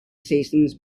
seasons